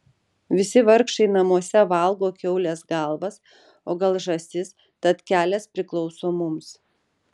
visi vargšai namuose valgo kiaulės galvas o gal žąsis tad kelias priklauso mums